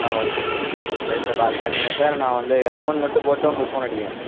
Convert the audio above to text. ஆ okay sir சரி sir பார்த்து பண்ணிடறேன் சார் நான் வந்து அமௌண்ட் மட்டும் போட்டு உங்களுக்கு ஃபோன் அடிக்கிறேன் சார்